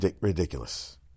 Ridiculous